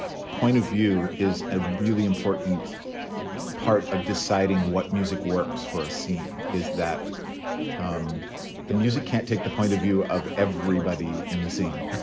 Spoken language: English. point of view is a really important part of deciding what music works for a scene is that um the music can't take the point of view of everybody in the scene.